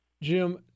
Jim